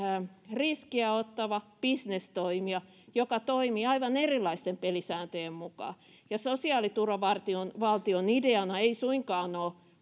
riskiä ottava bisnestoimija joka toimii aivan erilaisten pelisääntöjen mukaan ja sosiaaliturvavaltion ideana ei suinkaan ole